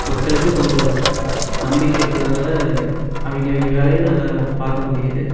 மக்களுக்கு கொஞ்சம் நம்பிக்கை இருக்கிறதுனால அவங்கவிங்க வேலையை நல்ல பார்க்க முடியுது